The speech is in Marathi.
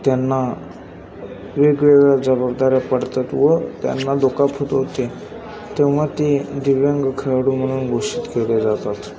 त्यांना वेगवेगळ्या जबाबदाऱ्या पडतात व त्यांना दुखापत होते तेव्हा ते दिव्यांग खेळाडू म्हणून घोषित केले जातात